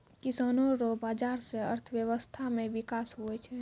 किसानो रो बाजार से अर्थव्यबस्था मे बिकास हुवै छै